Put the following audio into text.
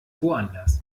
woanders